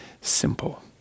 simple